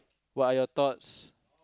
what are your thoughts